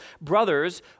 brothers